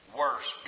worse